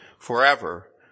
Forever